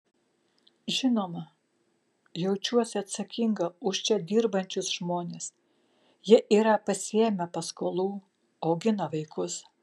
žinoma jaučiuosi atsakinga už čia dirbančius žmones jie yra pasiėmę paskolų augina vaikus